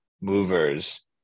movers